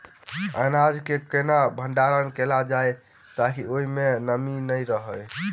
अनाज केँ केना भण्डारण कैल जाए ताकि ओई मै नमी नै रहै?